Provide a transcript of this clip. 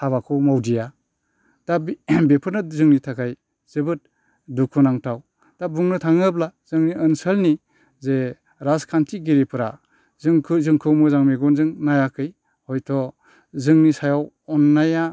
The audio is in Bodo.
हाबाखौ मावदिया दा बेफोरनो जोंनि थाखाय जोबोद दुखुनांथाव दा बुंनो थाङोब्ला जोंनि ओनसोलनि जे राजखान्थिगिरिफोरा जोंखौ मोजां मेगनजों नायाखै हयथ' जोंनि सायाव अननाया